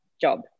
job